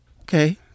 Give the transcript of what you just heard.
Okay